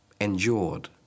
endured